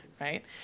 right